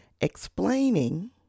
explaining